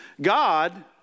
God